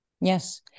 Yes